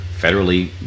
federally